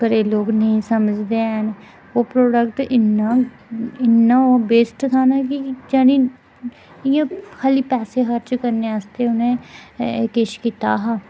पर एह् लोक नेईं समझदे हैन ओह् प्रोडक्ट इन्ना इन्ना ओह् वेस्ट हा निं कि इ'यां खाली पैसे खर्च करने आस्तै उ'नें एह् किश कीता हा